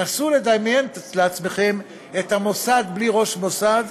נסו לדמיין לעצמכם את המוסד בלי ראש המוסד,